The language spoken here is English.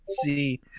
See